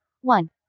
One